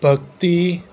ભક્તિ